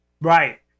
Right